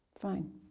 fine